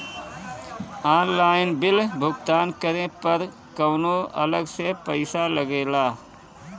Online bill भुगतान करे पर कौनो अलग से पईसा लगेला?